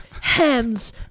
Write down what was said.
hands